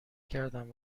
کردم